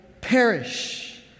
perish